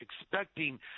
expecting